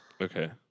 Okay